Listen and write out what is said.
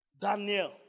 Daniel